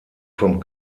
vom